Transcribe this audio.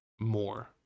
more